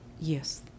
Yes